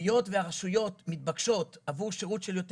היות והרשויות מתבקשות עבור שירות של יותר